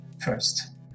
first